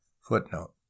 footnote